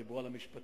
דיברו על המשפטים